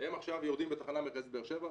הם עכשיו יורדים בתחנה המרכזית בבאר שבע,